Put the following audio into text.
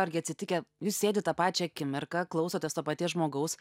argi atsitikę jūs sėdit tą pačią akimirką klausotės to paties žmogaus